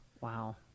Wow